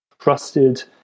trusted